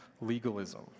legalism